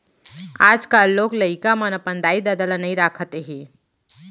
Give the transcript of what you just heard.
आजकाल लोग लइका मन अपन दाई ददा ल नइ राखत हें